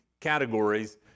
categories